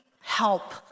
help